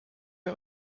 wir